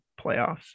playoffs